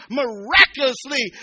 miraculously